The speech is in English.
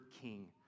king